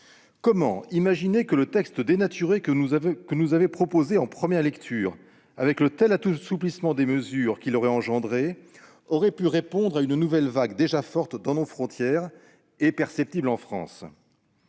Comment imaginer que le texte dénaturé qui est sorti de notre assemblée après la première lecture, avec l'assouplissement des mesures qu'il aurait engendré, aurait pu répondre à une nouvelle vague déjà forte à nos frontières et perceptible en France ?